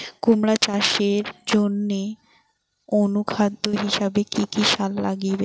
কুমড়া চাষের জইন্যে অনুখাদ্য হিসাবে কি কি সার লাগিবে?